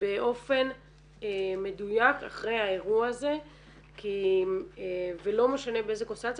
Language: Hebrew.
באופן מדויק אחרי האירוע הזה ולא משנה באיזה קונסטלציה